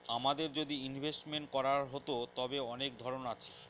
আমাদের যদি ইনভেস্টমেন্ট করার হতো, তবে অনেক ধরন আছে